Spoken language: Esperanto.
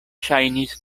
ŝajnis